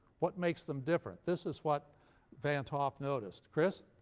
what makes them different? this is what van't hoff noticed. chris?